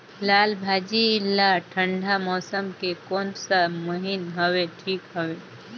लालभाजी ला ठंडा मौसम के कोन सा महीन हवे ठीक हवे?